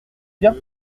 bien